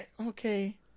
Okay